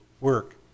work